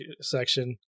section